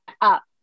up